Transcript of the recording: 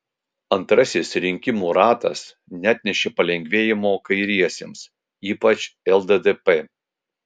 antrasis rinkimų ratas neatnešė palengvėjimo kairiesiems ypač lddp